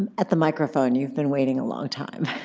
and at the microphone, you've been waiting a long time.